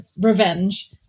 revenge